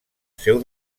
seu